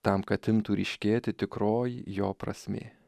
tam kad imtų ryškėti tikroji jo prasmė